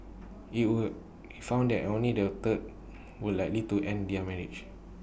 he would found that only the third were likely to end their marriage